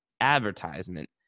advertisement